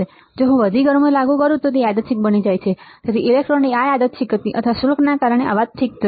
અને જો હું વધુ ગરમી લાગુ કરું તો તે વધુ યાદચ્છિક બની જાય છે તેથી ઈલેક્ટ્રોનની આ યાદચ્છક ગતિ અથવા શુલ્કના કારણે અવાજ ઠીક થશે